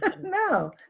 No